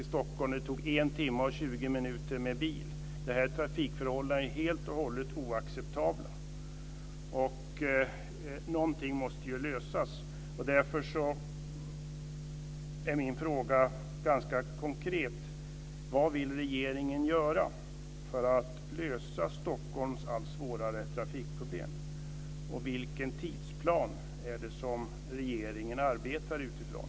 Stockholm 1 timma och 20 minuter med bil. Dessa trafikförhållanden är helt och hållet oacceptabla. Någonting måste göras. Därför har jag ett par konkreta frågor. Vad vill regeringen göra för att lösa Stockholms allt svårare trafikproblem? Vilken tidsplan arbetar regeringen utifrån?